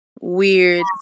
weird